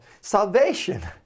salvation